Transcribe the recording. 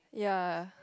ya